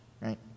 right